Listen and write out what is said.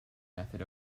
method